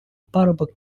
парубок